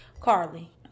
Carly